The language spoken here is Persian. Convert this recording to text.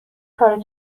کارو